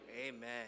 Amen